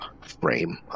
frame